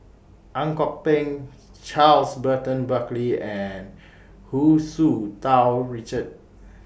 Ang Kok Peng Charles Burton Buckley and Hu Tsu Tau Richard